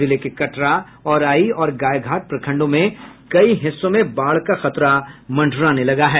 जिले के कटरा औराई और गायघाट प्रखंडों में कई हिस्सों में बाढ़ का खतरा मंडराने लगा है